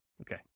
Okay